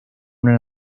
una